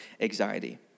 anxiety